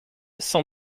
sans